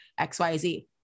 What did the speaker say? xyz